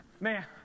Man